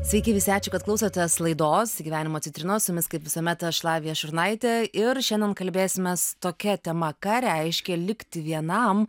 sveiki visi ačiū kad klausotės laidos gyvenimo citrinos su jumis kaip visuomet aš lavija šurnaitė ir šiandien kalbėsimės tokia tema ką reiškia likti vienam